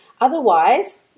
Otherwise